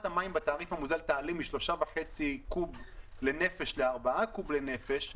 המים בתעריף המוזל תעלה מ-3.5 קוב לנפש ל-4 קוב לנפש,